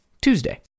Tuesday